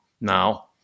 now